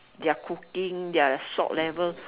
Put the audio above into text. their cooking their salt level